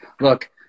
Look